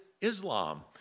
Islam